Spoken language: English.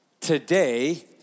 Today